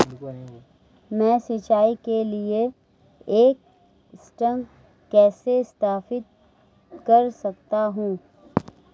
मैं सिंचाई के लिए एक टैंक कैसे स्थापित कर सकता हूँ?